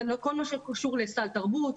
זה כל מה שקשור לסל תרבות,